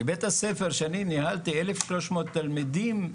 לבית-הספר שאני ניהלתי 1,300 תלמידים,